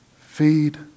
feed